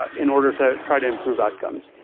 in order to try to improve outcomes.